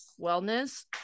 wellness